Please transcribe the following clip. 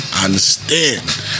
understand